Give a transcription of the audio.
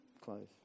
close